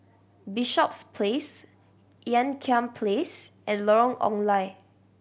Bishops Place Ean Kiam Place and Lorong Ong Lye